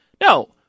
No